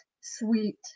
sweet